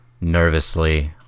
nervously